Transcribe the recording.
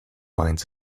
lines